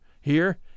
Here